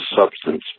substance